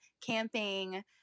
camping